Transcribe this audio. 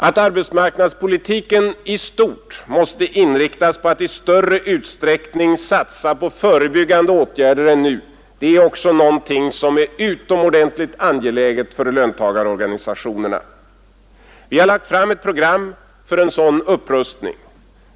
Att arbetsmarknadspolitiken i stort måste inriktas på att i större utsträckning än nu satsa på förebyggande åtgärder är också någonting som är utomordentligt angeläget för löntagarorganisationerna. Vi har lagt fram ett program för en sådan upprustning.